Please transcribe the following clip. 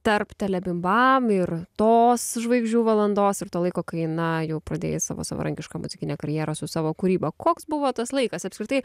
tarp telebimbam ir tos žvaigždžių valandos ir to laiko kai na jau pradėjai savo savarankišką muzikinę karjerą su savo kūryba koks buvo tas laikas apskritai